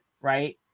right